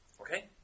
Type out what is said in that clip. Okay